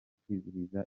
kwizihiza